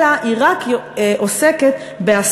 אלא היא רק עוסקת בהשמה,